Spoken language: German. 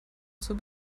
zur